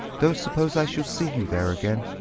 don't suppose i shall see you there again.